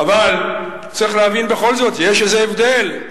אבל צריך להבין, בכל זאת, שיש איזה הבדל.